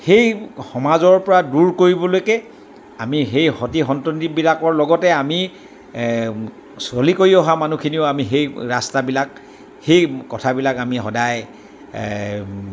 সেই সমাজৰ পৰা দূৰ কৰিবলৈকে আমি সেই সতি সন্ততিবিলাকৰ লগতে আমি চলি কৰি অহা মানুহখিনিও আমি সেই ৰাস্তাবিলাক সেই কথাবিলাক আমি সদায়